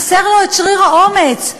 חסר לו שריר האומץ,